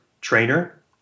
trainer